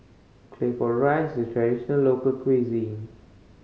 Claypot Rice is a traditional local cuisine